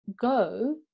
go